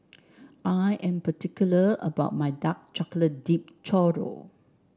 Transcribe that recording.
I am particular about my Dark Chocolate Dipped Churro